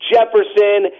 Jefferson